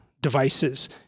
devices